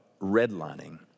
redlining